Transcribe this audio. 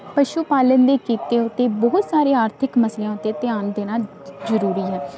ਪਸ਼ੂ ਪਾਲਣ ਦੇ ਕਿਤੇ ਉੱਤੇ ਬਹੁਤ ਸਾਰੇ ਆਰਥਿਕ ਮਸਲਿਆਂ ਉੱਤੇ ਧਿਆਨ ਦੇਣਾ ਜ਼ਰੂਰੀ ਹੈ